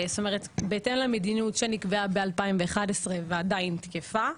זאת אומרת בהתאם למדיניות שנקבעה ב-2011 ועדיין תקפה.